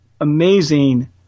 amazing